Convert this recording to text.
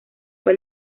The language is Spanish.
fue